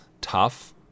tough